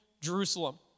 Jerusalem